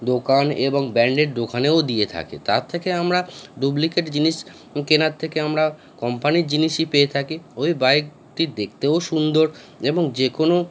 দোকান এবং ব্র্যাণ্ডেড দোকানেও দিয়ে থাকে তার থেকে আমরা ডুপলিকেট জিনিস কেনার থেকে আমরা কম্পানির জিনিসই পেয়ে থাকি ওই বাইকটি দেখতেও সুন্দর এবং যে কোনও